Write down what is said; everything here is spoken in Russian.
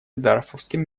дарфурским